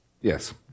Yes